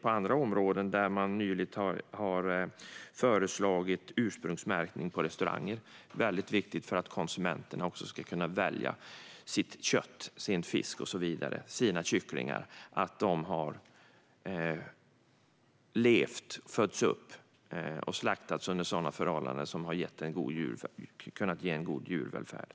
på andra områden och har nyligen föreslagit ursprungsmärkning på restauranger, något som är väldigt viktigt för att konsumenten ska kunna välja sitt kött, sin fisk, sina kycklingar och så vidare och veta att de har levt, fötts upp och slaktats under goda förhållanden och en god djurvälfärd.